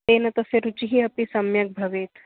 तेन तस्य रुचिः अपि सम्यग् भवेत्